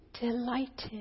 delighted